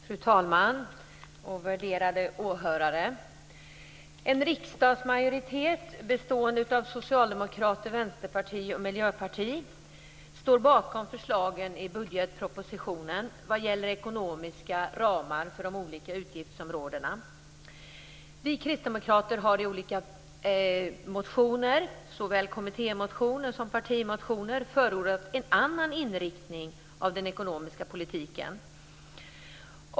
Fru talman! Värderade åhörare! En riksdagsmajoritet bestående av Socialdemokraterna, Vänsterpartiet och Miljöpartiet står bakom förslagen i budgetpropositionen vad gäller ekonomiska ramar för de olika utgiftsområdena. Vi kristdemokrater har i olika motioner, såväl kommittémotioner som partimotioner, förordat en annan inriktning av den ekonomiska politiken.